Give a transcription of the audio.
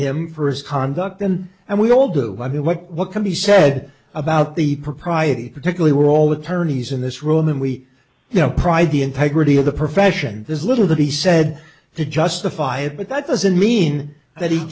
him for his conduct and we all do i mean what can be said about the propriety particularly we're all attorneys in this room and we you know pride the integrity of the profession there's little to be said to justify it but that doesn't mean that he